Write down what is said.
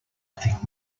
think